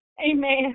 Amen